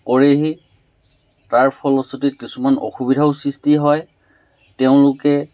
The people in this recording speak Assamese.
কৰেহি তাৰ ফলস্ৰুতিত কিছুমান অসুবিধাও সৃষ্টি হয় তেওঁলোকে